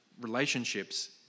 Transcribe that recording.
relationships